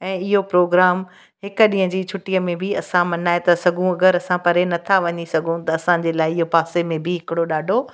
ऐं इहो प्रोग्राम हिकु ॾींहं जी छुटीअ में बि असां मल्हाए ता सघूं अगरि असां परे नथा वञी सघूं त असांजे लाइ पासे में बि हिकिड़ो ॾाढो